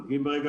דרך אגב,